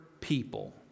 people